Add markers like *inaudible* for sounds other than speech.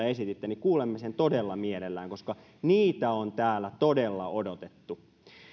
*unintelligible* esititte työllisyysvaikutuksista niin kuulemme sen todella mielellämme koska niitä on täällä todella odotettu